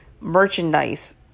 merchandise